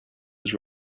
was